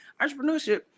entrepreneurship